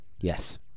Yes